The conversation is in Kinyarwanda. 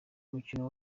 mukino